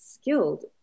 skilled